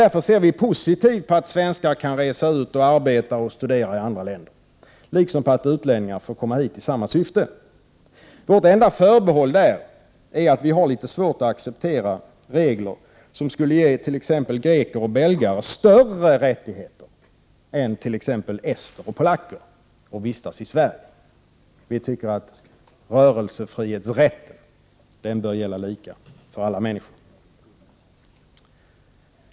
Därför ser vi positivt på att svenskar kan resa ut och arbeta och studera i andra länder liksom på att utlänningar får komma hit i samma syfte. Vårt enda förbehåll är att vi har litet svårt att acceptera regler som skulle ge t.ex. greker och belgare större rättighet än t.ex. ester och polacker att vistas i Sverige. Vi tycker att rörelsefrihetsrätten bör gälla lika för alla människor.